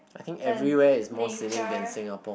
I think everywhere is more scenic than Singapore